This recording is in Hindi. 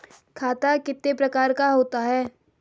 खाता कितने प्रकार का होता है?